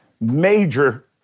major